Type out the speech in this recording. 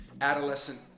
adolescent